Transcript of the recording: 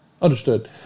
Understood